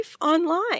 Online